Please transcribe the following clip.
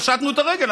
פשטנו את הרגל,